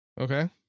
Okay